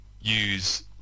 use